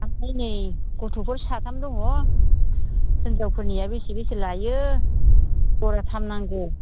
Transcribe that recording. ओमफ्राय नै गथ'फोर साथाम दङ हिनजावफोरनिया बेसे बेसे लायो जराथाम नांगौ